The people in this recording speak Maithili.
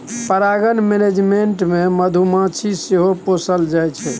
परागण मेनेजमेन्ट लेल मधुमाछी सेहो पोसल जाइ छै